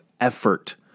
effort